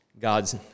God's